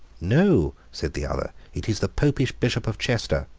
no, said the other it is the popish bishop of chester.